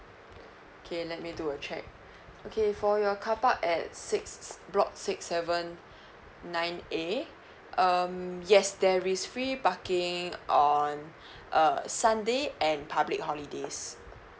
okay let me do a check okay for your carpark at sixth block six seven nine A um yes there is free parking on uh sunday and public holidays